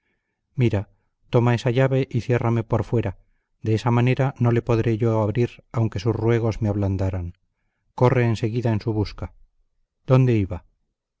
mira toma esa llave y ciérrame por fuera de esa manera no le podré yo abrir aunque sus ruegos me ablandaran corre en seguida en su busca dónde iba